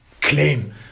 claim